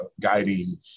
guiding